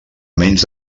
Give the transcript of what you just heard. menys